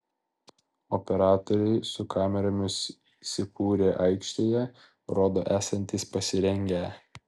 operatoriai su kameromis įsikūrę aikštėje rodo esantys pasirengę